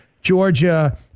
Georgia